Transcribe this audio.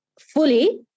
fully